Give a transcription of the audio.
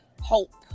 hope